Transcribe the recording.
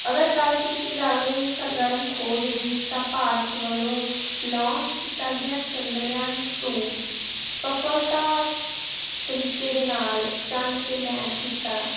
ਅਗਰ ਗੱਲ ਕੀਤੀ ਜਾਵੇ ਸਰਗਰਮ ਖੋਜ ਦੀ ਤਾਂ ਭਾਰਤ ਵੱਲੋਂ ਲੋਂਚ ਕੀਤਾ ਗਿਆ ਚੰਦਰਯਾਨ ਟੂ ਸਫਲਤਾ ਤਰੀਕੇ ਦੇ ਨਾਲ ਚੰਨ 'ਤੇ ਲੈਂਡ ਕੀਤਾ